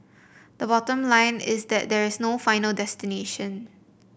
the bottom line is that there is no final destination